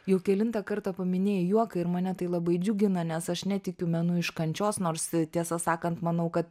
jau kelintą kartą paminėjai juoką ir mane tai labai džiugina nes aš netikiu menu iš kančios nors tiesą sakant manau kad